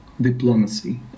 diplomacy